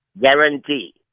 guarantee